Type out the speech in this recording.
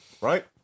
right